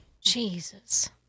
Jesus